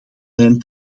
lijn